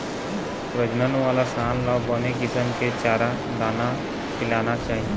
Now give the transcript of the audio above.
प्रजनन वाला सांड ल बने किसम के चारा, दाना खिलाना चाही